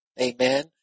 amen